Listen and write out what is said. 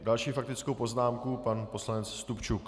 Další faktickou poznámku pan poslanec Stupčuk.